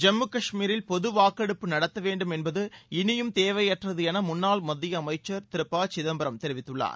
ஜம்மு கஷ்மீரில் பொது வாக்கெடுப்பு நடத்த வேண்டும் என்பது இனியும் தேவையற்றது என முன்னாள் மத்திய அமைச்சர் திரு ப சிதம்பரம் தெரிவித்துள்ளார்